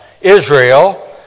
Israel